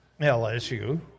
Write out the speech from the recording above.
LSU